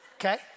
Okay